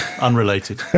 unrelated